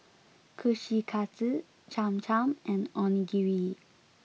Kushikatsu Cham Cham and Onigiri